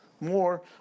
more